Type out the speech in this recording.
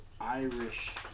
Irish